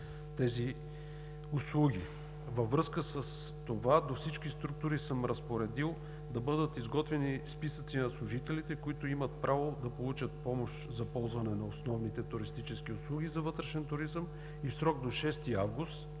тези услуги. Във връзка с това до всички структури съм разпоредил да бъдат изготвени списъци на служителите, които имат право да получат помощ за ползване на основните туристически услуги за вътрешен туризъм и в срок до 6 август